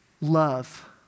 love